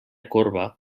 corba